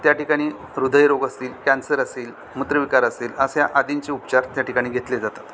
त्याठिकाणी हृदयरोग असतील कॅन्सर असतील मूत्रविकार असेल अशा आदींचे उपचार त्याठिकाणी घेतले जातात